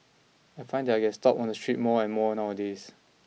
I find that I get stopped on the street more and more nowadays